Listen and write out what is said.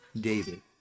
David